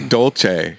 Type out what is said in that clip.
Dolce